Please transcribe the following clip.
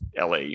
LA